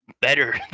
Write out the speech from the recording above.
better